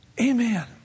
Amen